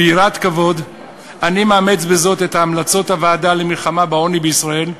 אומר: "ביראת כבוד אני מאמץ בזאת את המלצות הוועדה למלחמה בעוני בישראל.